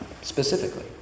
specifically